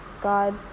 God